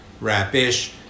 rap-ish